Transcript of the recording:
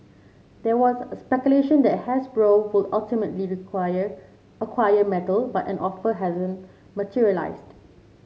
there was a speculation that Hasbro would ultimately require acquire Mattel but an offer hasn't materialised